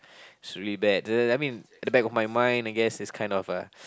it's really bad the I mean the back of my mind I guess it's kind of a